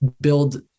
build